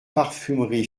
parfumerie